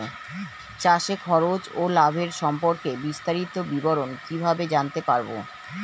চাষে খরচ ও লাভের সম্পর্কে বিস্তারিত বিবরণ কিভাবে জানতে পারব?